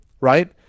right